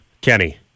Kenny